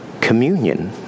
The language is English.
communion